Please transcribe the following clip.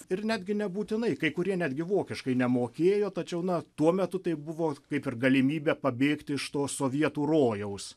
ir netgi nebūtinai kai kurie netgi vokiškai nemokėjo tačiau na tuo metu tai buvo kaip ir galimybė pabėgti iš to sovietų rojaus